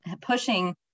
pushing